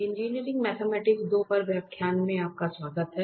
engineering mathematics 2 पर व्याख्यानों में आपका स्वागत है